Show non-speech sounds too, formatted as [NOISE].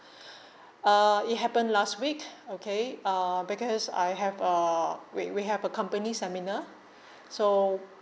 [BREATH] uh it happened last week okay uh because I have uh we we have a company seminar so